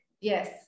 yes